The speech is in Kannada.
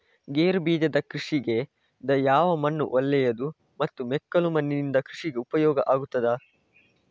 ಗೇರುಬೀಜದ ಕೃಷಿಗೆ ಯಾವ ಮಣ್ಣು ಒಳ್ಳೆಯದು ಮತ್ತು ಮೆಕ್ಕಲು ಮಣ್ಣಿನಿಂದ ಕೃಷಿಗೆ ಉಪಯೋಗ ಆಗುತ್ತದಾ?